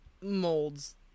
molds